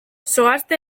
zoazte